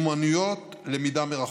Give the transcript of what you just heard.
במיומנויות למידה מרחוק,